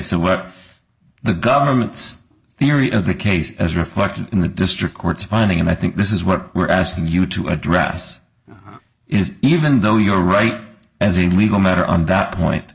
so what the government's theory of the case as reflected in the district court's finding and i think this is what we're asking you to address is even though you're right as a legal matter on that point